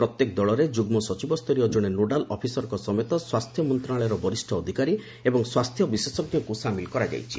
ପ୍ରତ୍ୟେକ ଦଳରେ ଯୁଗ୍ଲ ସଚିବସ୍ତରୀୟ ଜଣେ ନୋଡାଲ୍ ଅଫିସରଙ୍କ ସମେତ ସ୍ୱାସ୍ଥ୍ୟ ମନ୍ତ୍ରଣାଳୟର ବରିଷ୍ଣ ଅଧିକାରୀ ଏବଂ ସ୍ୱାସ୍ଥ୍ୟ ବିଶେଷଜ୍ଞଙ୍କୁ ସାମିଲ୍ କରାଯାଇଛି